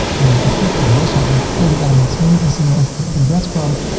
and i click over here. so i go to all the elements and then we can see them over here, the bread crumb.